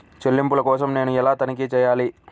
చెల్లింపుల కోసం నేను ఎలా తనిఖీ చేయాలి?